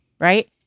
right